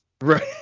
Right